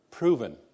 Proven